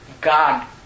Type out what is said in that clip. God